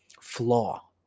flaw